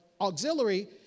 auxiliary